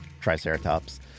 Triceratops